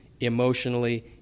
emotionally